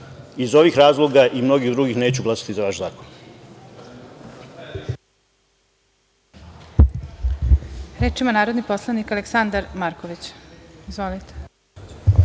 ovih razloga i mnogih drugih neću glasati za vaš zakon.